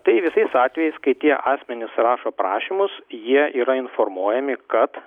tai visais atvejais kai tie asmenys rašo prašymus jie yra informuojami kad